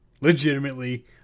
Legitimately